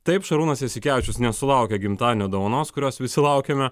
taip šarūnas jasikevičius nesulaukė gimtadienio dovanos kurios visi laukiame